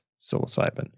psilocybin